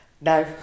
No